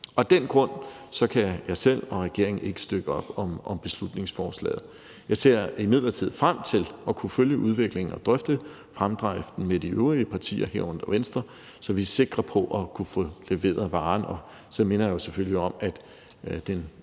Af den grund kan jeg selv og regeringen ikke støtte op om beslutningsforslaget. Jeg ser imidlertid frem til at kunne følge udviklingen og drøfte fremdriften med de øvrige partier, herunder Venstre, så vi er sikre på at kunne få leveret varen, og så minder jeg jo selvfølgelig om, at de